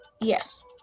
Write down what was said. Yes